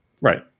Right